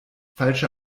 falsche